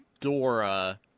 Dora